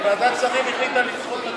ועדת שרים החליטה לדחות את התשובה בחודש.